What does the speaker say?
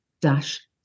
dash